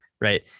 Right